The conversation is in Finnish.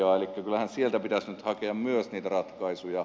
elikkä kyllähän sieltä pitäisi nyt hakea myös ratkaisuja